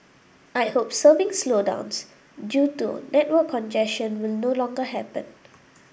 I hope surfing slowdowns due to network congestion will no longer happen